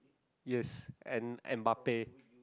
yes and and Mbappe